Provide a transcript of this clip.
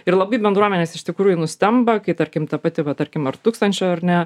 ir labai bendruomenės iš tikrųjų nustemba kai tarkim ta pati va tarkim ar tūkstančio ar ne